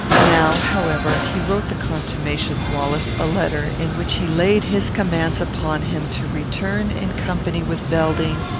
now, however, he wrote the contumacious wallace a letter, in which he laid his commands upon him to return in company with belding,